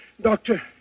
Doctor